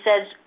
says